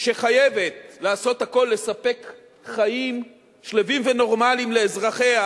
שחייבת לעשות הכול כדי לספק חיים שלווים ונורמליים לאזרחיה,